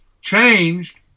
changed